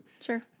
Sure